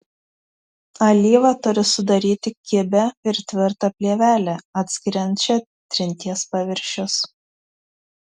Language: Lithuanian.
alyva turi sudaryti kibią ir tvirtą plėvelę atskiriančią trinties paviršius